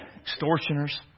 extortioners